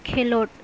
ᱠᱷᱮᱞᱳᱰ